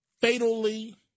fatally